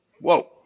whoa